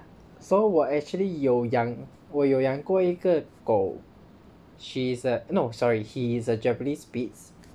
so 我 actually 有养我有养过一个狗 she's a no sorry he is a japanese spitz